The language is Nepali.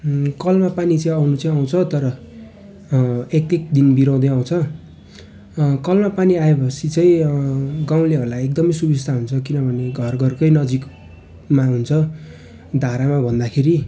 कलमा पानी चाहिँ आउनु चाहिँ आउँछ तर एक एकदिन बिराउँदै आउँछ कलमा पानी आएपछि चाहिँ गाउँलेहरूलाई एकदमै सुबिस्ता हुन्छ किनभने घर घरकै नजिकमा हुन्छ धारामा भन्दाखेरि